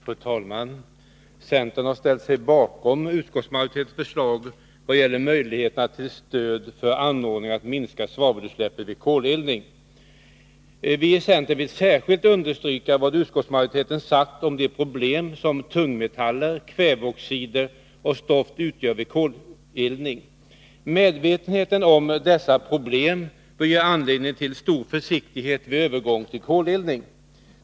Fru talman! Centern har ställt sig bakom utskottsmajoritetens förslag i vad gäller möjligheterna till stöd för anordningar som minskar svavelutsläppen vid koleldning. Vi i centern vill särskilt understryka vad utskottsmajoriteten sagt om de problem som tungmetaller, kväveoxider och stoft utgör vid koleldning. Medvetenheten om dessa problem bör ge anledning till stor försiktighet vid övergång till koleldning.